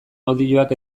audioak